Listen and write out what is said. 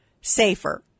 safer